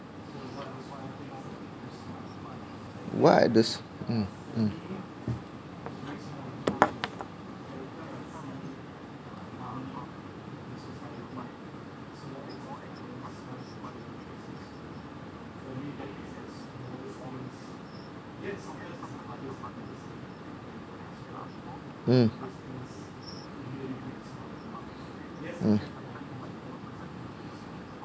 what are those um um um um